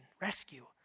rescue